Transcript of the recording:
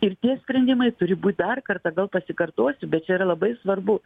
ir tie sprendimai turi būt dar kartą gal pasikartosiu bet čia yra labai svarbu